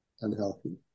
unhealthy